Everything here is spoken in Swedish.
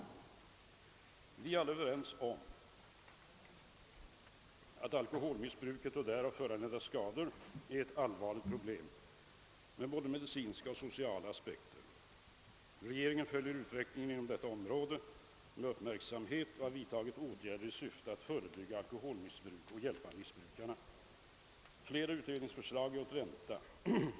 Vi är alla överens om att alkoholmissbruket och därav föranledda skador är ett allvarligt samhällsproblem med både medicinska och sociala aspekter. Regeringen följer utvecklingen inom detta område med stor uppmärksamhet och har vidtagit olika åtgärder i syfte att förebygga alkoholmissbruk och hjälpa missbrukarna. Flera utredningsförslag är att vänta.